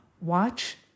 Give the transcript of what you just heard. Watch